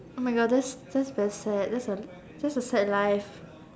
oh my god that's that's very sad that's a that's a sad life